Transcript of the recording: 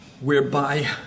whereby